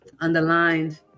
Underlined